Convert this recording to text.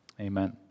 Amen